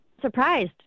surprised